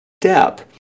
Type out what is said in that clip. step